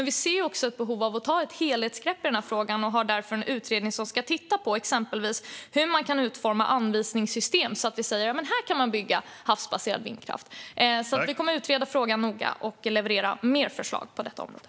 Vi ser också behov av att ta ett helhetsgrepp om denna fråga, och en utredning ska därför titta på exempelvis hur man kan utforma anvisningssystem, så att vi kan säga var man kan bygga havsbaserad vindkraft. Vi kommer att utreda frågan noga och leverera fler förslag på detta område.